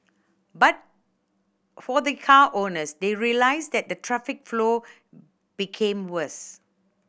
but for the car owners they realised that the traffic flow became worse